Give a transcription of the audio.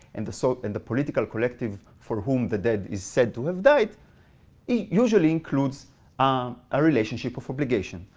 and the so and the political collective for whom the dead is said to have died, it usually includes a relationship of obligation.